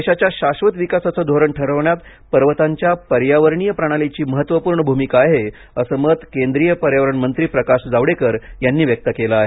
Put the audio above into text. देशाच्या शाक्षत विकासाचे धोरण ठरविण्यात पर्वतांच्या पर्यावरणीय प्रणालीची महत्त्वपूर्ण भूमिका आहे असं मत केंद्रीय पर्यावरण मंत्री प्रकाश जावडेकर यांनी व्यक्त केलं आहे